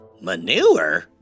Manure